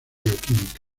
bioquímica